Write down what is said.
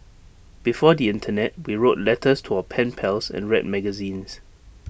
before the Internet we wrote letters to our pen pals and read magazines